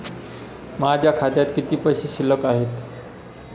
माझ्या खात्यात किती पैसे शिल्लक आहेत?